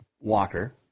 Walker